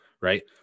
right